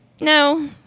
No